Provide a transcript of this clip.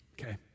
Okay